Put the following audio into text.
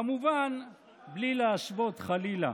כמובן בלי להשוות, חלילה.